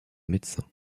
médecin